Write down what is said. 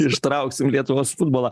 ištrauksim lietuvos futbolą